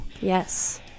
Yes